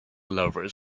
lover